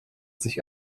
sich